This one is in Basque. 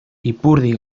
ipurdi